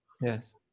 yes